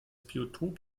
biotop